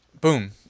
boom